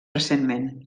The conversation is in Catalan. recentment